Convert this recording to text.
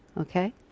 Okay